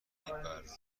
استانداردها